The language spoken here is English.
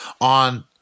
on